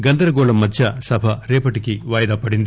గందరగోళం మధ్య సభ రేపటికి వాయిదా పడింది